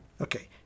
Okay